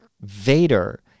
Vader